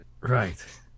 Right